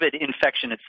infection